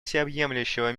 всеобъемлющего